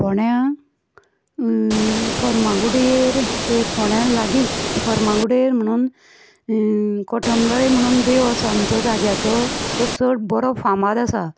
फोंड्या फर्मागुडयेर तें फोंड्या लागींत फर्मागुडयेर म्हणोन कठमगाळी म्हणोन देव आसा आमचो जाग्याचो तो चड बरो फामाद आसा